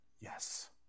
Yes